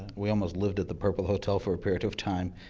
we almost lived at the purple hotel for a period of time.